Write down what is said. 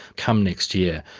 come next year,